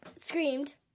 screamed